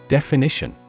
Definition